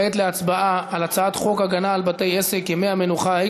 כעת להצבעה על הצעת חוק הגנה על בתי-עסק (ימי המנוחה),